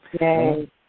Yay